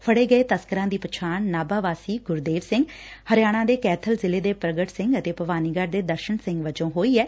ਫੜੇ ਗਏ ਤਸਕਰਾਂ ਦੀ ਪਛਾਣ ਨਾਭਾ ਵਾਸੀ ਗੁਰਦੇਵ ਸਿੰਘ ਹਰਿਆਣਾ ਦੇ ਕੈਥਲ ਜਿਲੇ ਦੇ ਪ੍ਰਗਟ ਸਿੰਘ ਅਤੇ ਭਵਾਨੀਗੜ ਦੇ ਦਰਸ਼ਨ ਸਿੰਘ ਵਜੋਂ ਹੋਈ ਏ